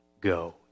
go